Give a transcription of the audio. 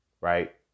right